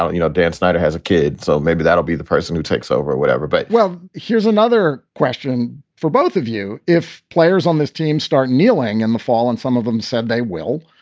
um you know, dan snyder has a kid. so maybe that'll be the person who takes over or whatever but well, here's another question for both of you. if players on this team start kneeling in and the fall and some of them said they will.